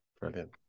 Brilliant